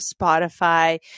Spotify